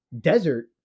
desert